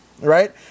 right